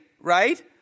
right